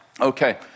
Okay